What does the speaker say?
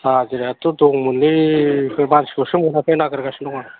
हाजिराथ' दङमोनलै मानसिखौसो मोनाखै नागिरगासिनो दं आं